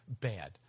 bad